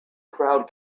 crowd